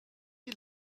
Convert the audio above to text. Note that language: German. wie